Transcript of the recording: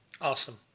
awesome